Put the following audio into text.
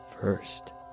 first